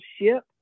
ship